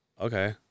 Okay